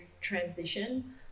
transition